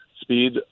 speed